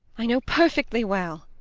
i know perfectly well.